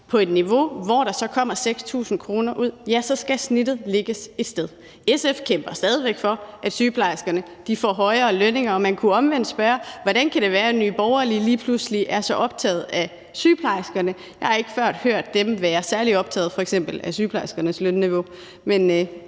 på et niveau, så der kommer 6.000 kr. ud, ja, så skal snittet lægges et sted. SF kæmper stadig væk for, at sygeplejerskerne får højere lønninger, og man kunne omvendt spørge: Hvordan kan det være, at Nye Borgerlige lige pludselig er så optaget af sygeplejerskerne? Jeg har ikke før hørt dem være særlig optaget af f.eks. sygeplejerskernes